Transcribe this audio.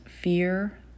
fear